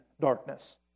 darkness